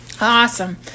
awesome